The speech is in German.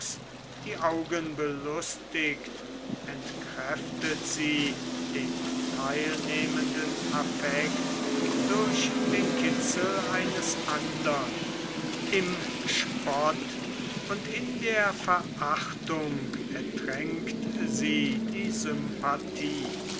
die augen belustigt entkräftet sie den teilnehmenden affekt durch den kitzel eines andern im spott und in der verachtung ertränkt sie die